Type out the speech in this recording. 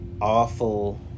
awful